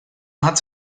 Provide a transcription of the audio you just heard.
hat